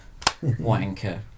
Wanker